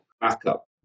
backup